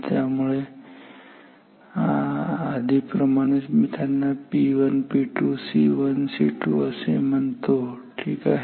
त्यामुळे येथे हे आधी प्रमाणेच मी त्यांना P1 P2 C1 C2 असे म्हणतो ठीक आहे